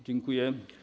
Dziękuję.